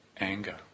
anger